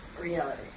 reality